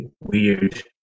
weird